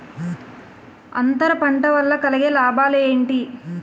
అంతర పంట వల్ల కలిగే లాభాలు ఏంటి